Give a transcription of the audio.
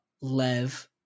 Lev